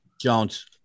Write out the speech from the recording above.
Jones